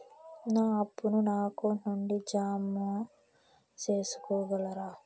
నా అప్పును నా అకౌంట్ నుండి జామ సేసుకోగలరా?